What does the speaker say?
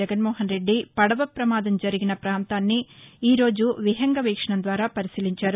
జగన్నోహన్రెద్ది పదవ ప్రమాదం జరిగిన ప్రాంతాన్ని ఈ రోజు విహంగ వీక్షణం ద్వారా పరిశీలించారు